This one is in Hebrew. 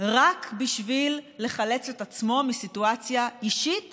רק בשביל לחלץ את עצמו מסיטואציה אישית